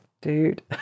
dude